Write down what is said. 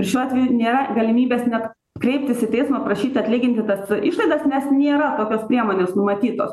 šiuo atveju nėra galimybės net kreiptis į teismą prašyti atlyginti tas išlaidas nes nėra tokios priemonės numatytos